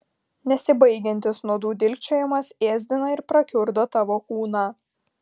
nesibaigiantis nuodų dilgčiojimas ėsdina ir prakiurdo tavo kūną